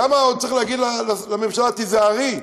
כמה עוד צריך להגיד לממשלה: תיזהרי?